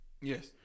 Yes